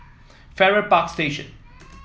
Farrer Park Station